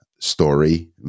story